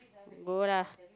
go lah